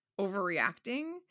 overreacting